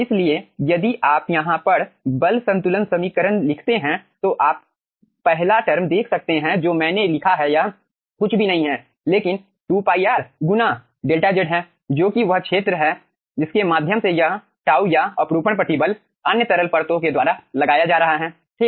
इसलिए यदि आप यहां पर बल संतुलन समीकरण लिखते हैं तो आप पहला टर्म देख सकते हैं जो मैंने लिखा है यह कुछ भी नहीं है लेकिन 2 π r गुना 𝛿 z है जो कि वह क्षेत्र है जिसके माध्यम से यह τ या अपरूपण प्रतिबल अन्य तरल परतो के द्वारा लगाया जा रहा है ठीक